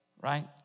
right